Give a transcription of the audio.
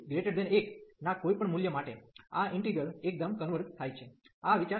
p1 ના કોઈપણ મૂલ્ય માટે આ ઈન્ટિગ્રલ એકદમ કન્વર્ઝ થાય છે